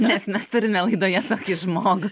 nes mes turime laidoje tokį žmogų